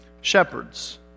shepherds